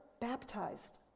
baptized